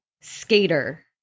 Skater